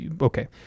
Okay